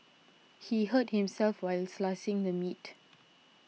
he hurt himself while slicing the meat